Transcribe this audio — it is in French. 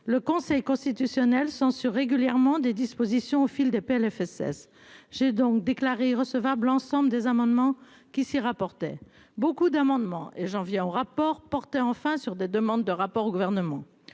Le Conseil constitutionnel censure régulièrement des dispositions au fil des PLFSS. J'ai donc déclarée recevable ensemble des amendements qui s'y rapportait beaucoup d'amendements et j'en viens au rapport porter enfin sur des demandes de rapport au gouvernement.